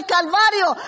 Calvario